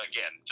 Again